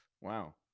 Wow